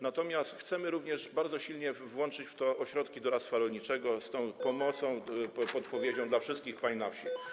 Natomiast chcemy również bardzo silnie włączyć w to ośrodki doradztwa rolniczego w związku z tą pomocą, podpowiedzią dla wszystkich pań na wsi.